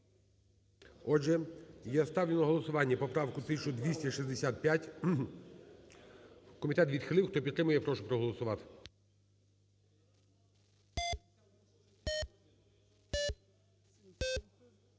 Отже, я ставлю на голосування поправку 1265. Комітет відхилив. Хто підтримує, прошу проголосувати.